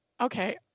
okay